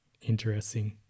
interesting